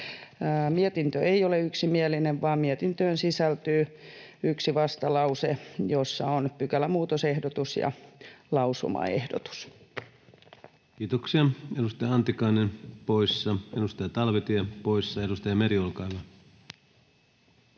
Mietintö ei ole yksimielinen, vaan mietintöön sisältyy yksi vastalause, jossa on pykälämuutosehdotus ja lausumaehdotus. Kiitoksia. — Edustaja Antikainen, poissa. Edustaja Talvitie, poissa. — Edustaja Meri, olkaa